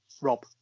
rob